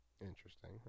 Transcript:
Interesting